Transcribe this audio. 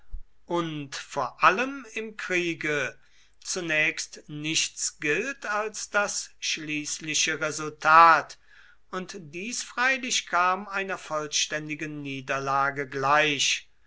und vor allem im kriege zunächst nichts gilt als das schließliche resultat und dies freilich kam einer vollständigen niederlage gleich